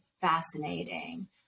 fascinating